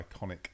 iconic